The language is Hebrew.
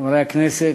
חברי הכנסת,